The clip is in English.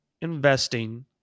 investing